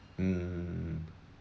mm